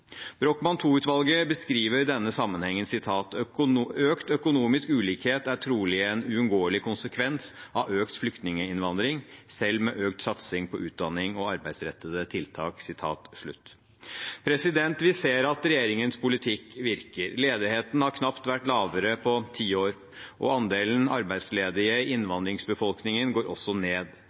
Brochmann II-utvalget beskriver denne sammenhengen: «Økt økonomisk ulikhet er trolig en uunngåelig konsekvens av økt flyktninginnvandring, selv med økt satsing på utdanning og arbeidsrettede tiltak.» Vi ser at regjeringens politikk virker. Ledigheten har knapt vært lavere på ti år, og andelen arbeidsledige i innvandringsbefolkningen går også ned.